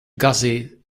gussie